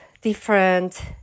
Different